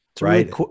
right